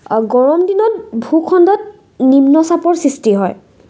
গৰমদিনত ভূখণ্ডত নিম্ন চাপৰ সৃষ্টি হয়